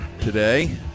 today